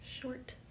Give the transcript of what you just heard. short